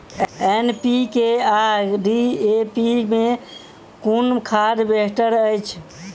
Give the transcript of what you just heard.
NPK आ DAP मे कुन खाद बेहतर अछि?